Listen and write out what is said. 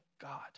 God